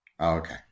Okay